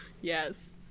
Yes